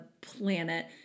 planet